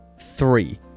three